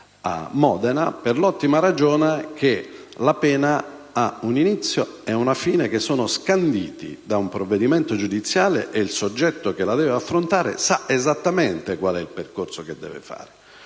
a Modena, per l'ottima ragione che la pena ha un inizio e una fine che sono scanditi da un provvedimento giudiziale e il soggetto che deve affrontarla sa esattamente il percorso che deve